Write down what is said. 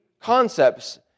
concepts